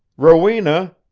rowena!